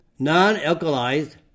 Non-alkalized